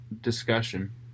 discussion